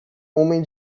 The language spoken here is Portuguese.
homem